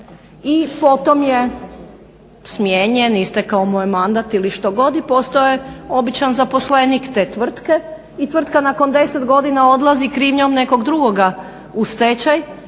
i potom je smijenjen, istekao mu je mandat ili što god i postojao je običan zaposlenik te tvrtke i tvrtka nakon deset godina odlazi krivnjom nekog drugoga u stečaj,